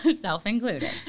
Self-included